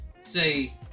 say